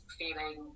feeling